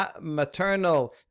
maternal